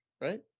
right